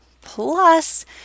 plus